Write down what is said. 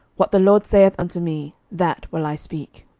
what the lord saith unto me, that will i speak.